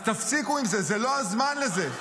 אז תפסיקו עם זה, זה לא הזמן לזה.